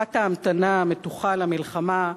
בתקופת ההמתנה המתוחה למלחמה,